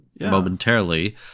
momentarily